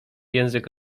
język